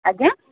ଆଜ୍ଞା